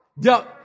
Yo